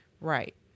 Right